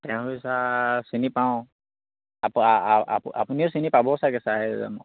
চিনি পাওঁ আপুনিও চিনি পাব চাগে